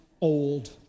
old